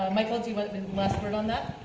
michael, do you want the last word on that?